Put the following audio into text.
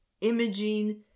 imaging